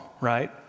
right